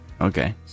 okay